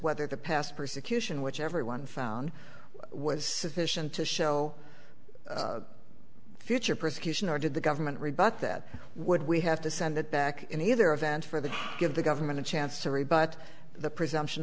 whether the past persecution which everyone found was sufficient to show future persecution or did the government rebut that would we have to send it back in either event for the give the government a chance to rebut the presumption